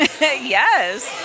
Yes